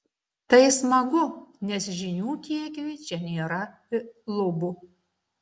tai smagu nes žinių kiekiui čia nėra lubų